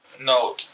no